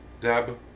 Deb